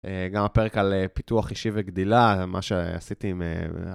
גם הפרק על פיתוח אישי וגדילה, מה שעשיתי עם...